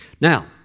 Now